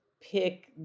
pick